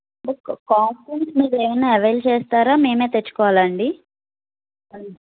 but కా costumes మీరు ఏమన్న అవైల్ చేస్తారా మేము తెచ్చుకోవాలా అండి